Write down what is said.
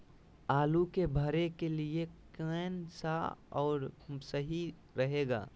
आलू के भरे के लिए केन सा और सही रहेगा?